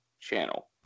channel